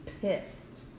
pissed